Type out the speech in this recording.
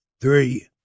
three